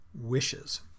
wishes